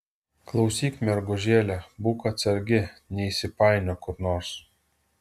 klausyk mergužėle būk atsargi neįsipainiok kur nors